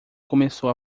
começou